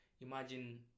imagine